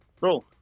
Bro